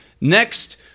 Next